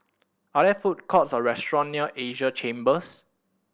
are there food courts or restaurant near Asia Chambers